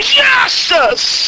justice